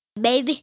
Baby